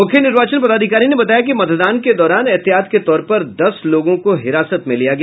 मूख्य निर्वाचन पदाधिकारी ने बताया कि मतदान के दौरान एहतियात के तौर पर दस लोगों को हिरासत में लिया गया